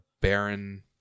barren